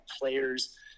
players